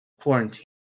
quarantine